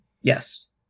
Yes